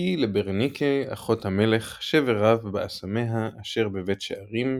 "כי לברניקי אחות המלך שבר רב באסמיה אשר בבית שערים,